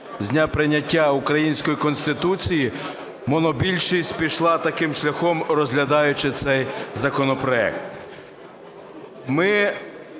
з дня прийняття української Конституції монобільшість пішла таким шляхом, розглядаючи цей законопроект. Ми